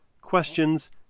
questions